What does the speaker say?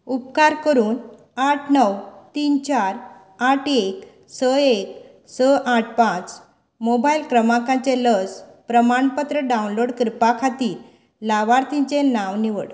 उपकार करून आठ णव तीन चार आठ एक स एक स आठ पांच मोबायल क्रमांकाचें लस प्रमाणपत्र डावनलोड करपा खातीर लावार्थीचें नांव निवड